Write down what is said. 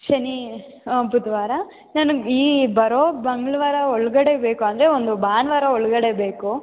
ಶನೀ ಬುಧವಾರ ನನ್ಗೆ ಈ ಬರೋ ಮಂಗಳವಾರ ಒಳಗಡೆ ಬೇಕು ಅಂದರೆ ಒಂದು ಭಾನುವಾರ ಒಳಗಡೆ ಬೇಕು